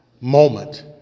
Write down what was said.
moment